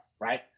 right